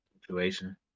situation